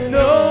no